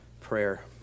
prayer